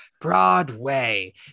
Broadway